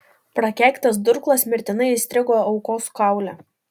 prakeiktas durklas mirtinai įstrigo aukos kaule